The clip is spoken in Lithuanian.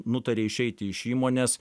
nutarė išeiti iš įmonės